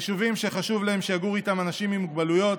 יישובים שחשוב להם שיגורו איתם אנשים עם מוגבלויות,